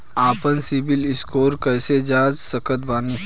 आपन सीबील स्कोर कैसे जांच सकत बानी?